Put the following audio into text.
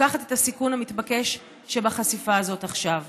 לוקחת את הסיכון המתבקש שבחשיפה הזאת עכשיו,